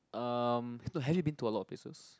um no have you been to a lot of places